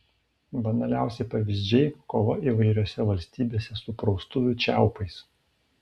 banaliausi pavyzdžiai kova įvairiose valstybėse su praustuvių čiaupais